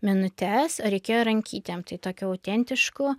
minutes o reikėjo rankytėm tai tokiu autentišku